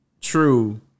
True